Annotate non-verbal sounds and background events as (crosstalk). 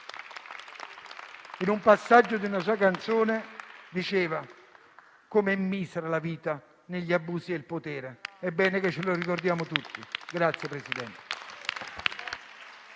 In un passaggio di una sua canzone diceva: «Com'è misera la vita negli abusi di potere». È bene che ce lo ricordiamo tutti. (applause)